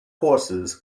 horses